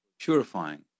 purifying